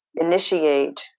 initiate